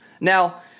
Now